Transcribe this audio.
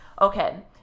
Okay